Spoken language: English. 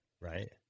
right